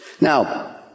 Now